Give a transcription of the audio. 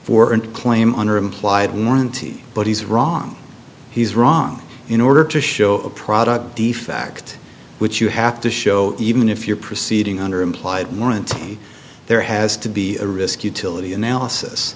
for an claim under implied warranty but he's wrong he's wrong in order to show a product defect which you have to show even if you're proceeding under implied warranty there has to be a risk utility analysis